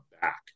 back